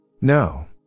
No